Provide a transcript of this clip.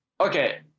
okay